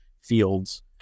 fields